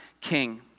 king